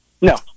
no